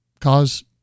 cause